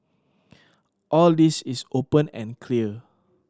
all this is open and clear